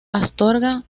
astorga